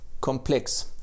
complex